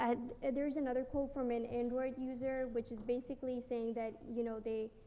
and ah, there's another quote from an android user, which is basically saying that, you know, they,